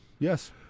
Yes